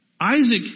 Isaac